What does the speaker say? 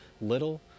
little